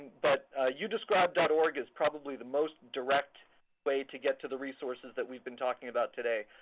but youdescribe dot org is probably the most direct way to get to the resources that we've been talking about today.